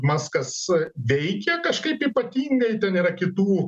maskas veikia kažkaip ypatingai ten yra kitų